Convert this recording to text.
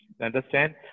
Understand